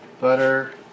butter